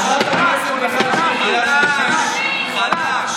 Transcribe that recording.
אתה לא תסתום לנו את הפה, גם כשהפסדנו.